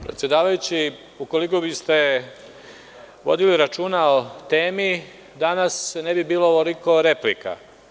Predsedavajući, ukoliko bi ste vodili računa o temi, danas ne bi bilo ovoliko replika.